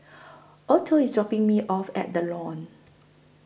Otho IS dropping Me off At The Lawn